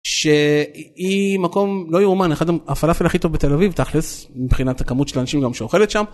שהיא מקום לא יאומן אחד הפלאפל הכי טוב בתל אביב תכלס מבחינת הכמות של אנשים גם שאוכלת שם.